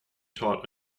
taught